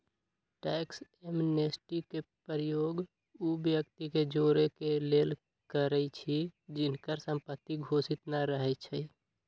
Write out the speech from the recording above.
tax amnesty के प्रयोग उ व्यक्ति के जोरेके लेल करइछि जिनकर संपत्ति घोषित न रहै छइ